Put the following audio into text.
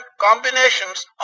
combinations